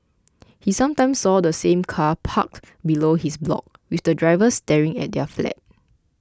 he sometimes saw the same car parked below his block with the driver staring at their flat